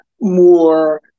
more